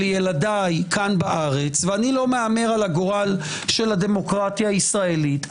ילדיי כאן בארץ ולא מהמר על הגורל של הדמוקרטיה ישראלית.